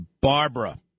Barbara